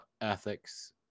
ethics